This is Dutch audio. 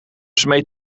smeet